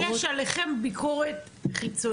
יש עליכם ביקורת חיצונית של קשורה לארגון?